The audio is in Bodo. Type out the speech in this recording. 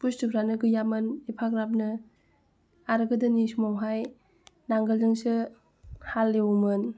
बुस्तुफ्रानो गैयामोन एफाग्राबनो आरो गोदोनि समावहाय नांगोलजोंसो हाल एवोमोन